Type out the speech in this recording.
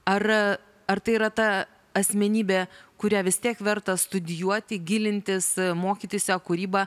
ar ar tai yra ta asmenybė kurią vis tiek verta studijuoti gilintis mokytis jo kūryba